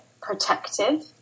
protective